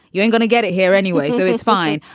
you ain't gonna get it here anyway, so it's fine.